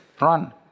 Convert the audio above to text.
run